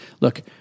look